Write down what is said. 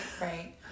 Right